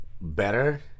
better